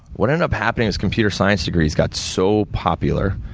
what ended up happening was, computer science degrees got so popular,